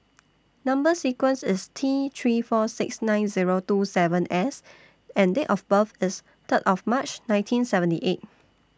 Number sequence IS T three four six nine Zero two seven S and Date of birth IS Third of March nineteen seventy eight